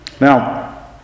Now